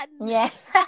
Yes